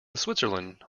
switzerland